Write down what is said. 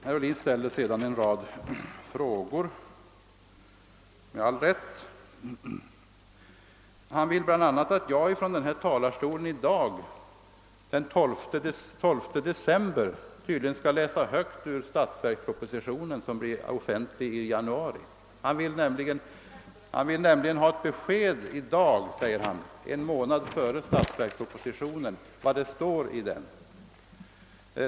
Sedan ställer herr Ohlin en rad frågor. Han vill bl.a. tydligen att jag från denna talarstol i dag, den 12 december, skall läsa högt ur statsverkspropositionen som blir offentlig i januari. Han vill nämligen i dag ha ett besked, säger han, om vad det står i statsverkspropositionen som läggs fram om en månad.